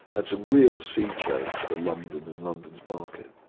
that's a real sea change for london and london's market.